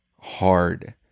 hard